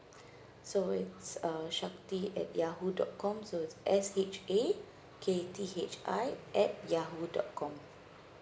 so it's uh shakthi at yahoo dot com so it's S H A K T H I at yahoo dot com